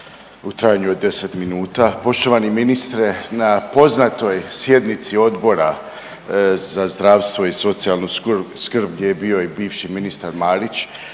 u trajanju od 10 minuta. Poštovani ministre, na poznatoj sjednici Odbora za zdravstvo i socijalnu skrb gdje je bio i bivši ministar Marić